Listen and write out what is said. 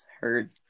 heard